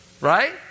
Right